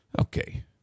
Okay